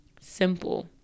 simple